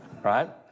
Right